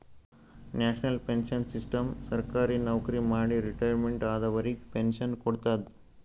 national pension system ಸರ್ಕಾರಿ ನವಕ್ರಿ ಮಾಡಿ ರಿಟೈರ್ಮೆಂಟ್ ಆದವರಿಗ್ ಪೆನ್ಶನ್ ಕೊಡ್ತದ್